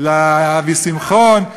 לאבי שמחון,